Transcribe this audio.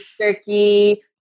turkey